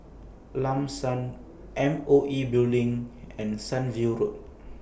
Lam San M O E Building and Sunview Road